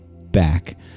back